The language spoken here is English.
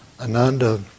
Ananda